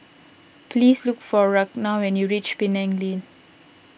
please look for Ragna when you reach Penang Lane